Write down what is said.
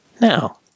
Now